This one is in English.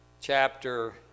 chapter